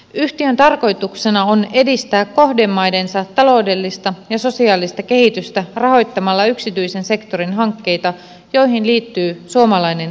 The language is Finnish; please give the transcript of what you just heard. yhtiön tarkoituksena on edistää kohdemaidensa taloudellista ja sosiaalista kehitystä rahoittamalla yksityisen sektorin hankkeita joihin liittyy suomalainen intressi